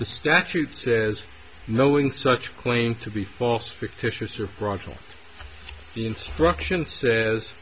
the statute says knowing such claim to be false fictitious or fraudulent instruction says